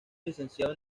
licenciado